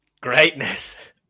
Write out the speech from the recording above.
greatness